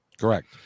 Correct